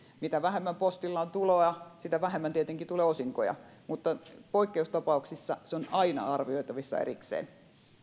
mitä vähemmän postilla on tuloa sitä vähemmän tietenkin tulee osinkoja mutta poikkeustapauksissa se on aina arvioitavissa erikseen